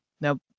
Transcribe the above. now